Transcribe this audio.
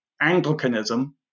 Anglicanism